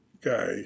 guy